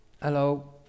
hello